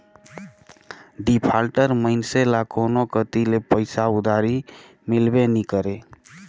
defaulter मइनसे ल कोनो कती ले पइसा उधारी मिलबे नी करे